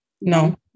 No